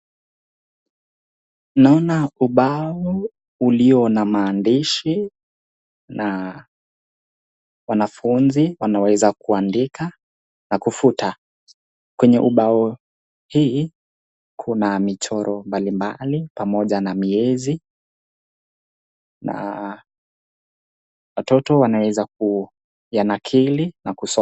Naona ubao ulio na maandishi na wanafunzi wanaweza kuandika na kufuta. Kwenye ubao hii kuna michoro mbalimbali pamoja na miezi na watoto wanaeza kuyanakili na kusoma.